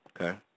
Okay